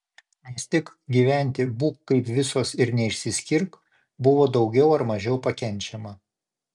nes tik gyventi būk kaip visos ir neišsiskirk buvo daugiau ar mažiau pakenčiama